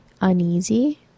uneasy